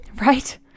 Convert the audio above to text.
Right